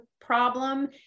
problem